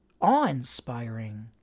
awe-inspiring